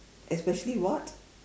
especially what